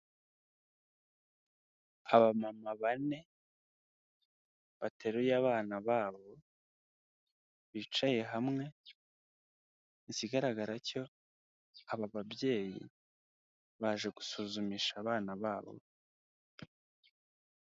Abamama bane, bateruye abana babo, bicaye hamwe, ikigaragara cyo, aba babyeyi, baje gusuzumisha abana babo.